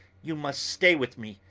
you must stay with me.